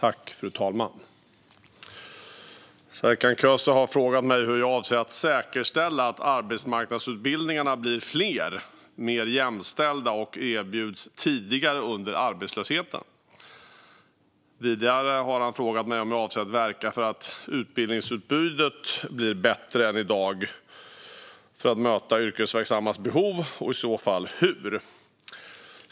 Fru talman! Serkan Köse har frågat mig hur jag avser att säkerställa att arbetsmarknadsutbildningarna blir fler och mer jämställda och att de erbjuds tidigare under arbetslösheten. Vidare har han frågat mig om jag avser att verka för att utbildningsutbudet blir bättre än i dag för att möta de yrkesverksammas behov, och i så fall hur.